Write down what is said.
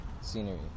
Scenery